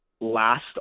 last